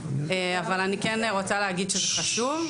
אבל אני כן רוצה להגיד שזה חשוב.